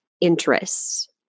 interests